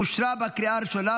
אושרה בקריאה הראשונה,